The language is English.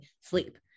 sleep